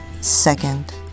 second